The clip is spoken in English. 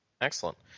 Excellent